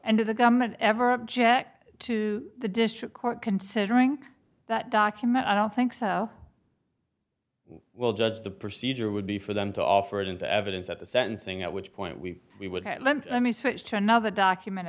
and of the government ever object to the district court considering that document i don't think so well judge the procedure would be for them to offer it into evidence at the sentencing at which point we we would have let me switch to another document